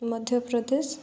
Madhya Pradesh